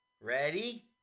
Ready